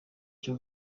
cyo